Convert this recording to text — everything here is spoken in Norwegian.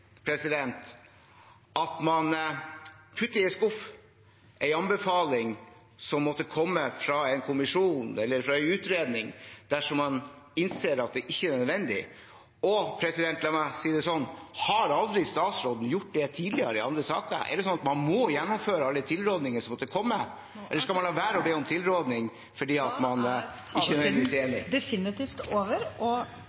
at man putter i en skuff en anbefaling som måtte komme fra en kommisjon eller fra en utredning, dersom man innser at den ikke er nødvendig? Og la meg si det slik: Har statsråden aldri gjort det tidligere , i andre saker? Må man gjennomføre alle tilrådninger som måtte komme, eller skal man la være å be om tilrådning fordi man ikke